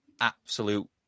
absolute